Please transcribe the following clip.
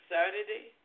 Saturday